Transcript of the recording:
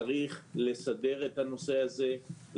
צריך לסדר את הנושא הזה,